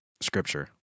scripture